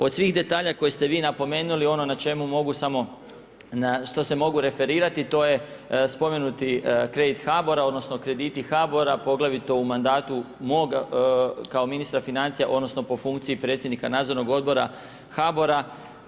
Od svih detalja koje ste vi napomenuli, ono na čemu mogu samo na što se mogu referirati, to je spomenuti kredit HBOR-a odnosno krediti HBOR-a poglavito u mandatu mog kao ministra financija odnosno po funkciji predsjednika nadzornog odbora HBOR-a.